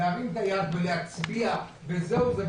להרים את היד ולהצביע וזהו זה,